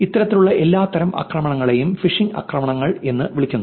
ഇത്തരത്തിലുള്ള എല്ലാ തരം ആക്രമണങ്ങളെയും ഫിഷിംഗ് ആക്രമണങ്ങൾ എന്ന് വിളിക്കുന്നു